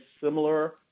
similar